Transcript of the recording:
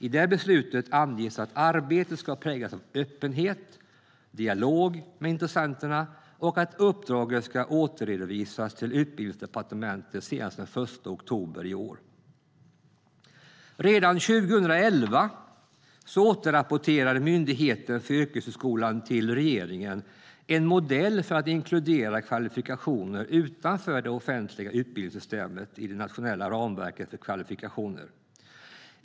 I det beslutet anges att arbetet ska präglas av öppenhet och dialog med intressenterna och att uppdraget ska återredovisas till Utbildningsdepartementet senast den 1 oktober i år. Redan 2011 återrapporterade Myndigheten för yrkeshögskolan till regeringen en modell för att inkludera kvalifikationer utanför det offentliga utbildningssystemet i det nationella ramverket för kvalifikationer.